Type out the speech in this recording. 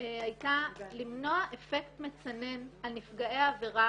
היתה למנוע אפקט מצנן על נפגעי עבירה